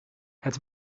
het